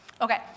Okay